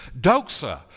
Doxa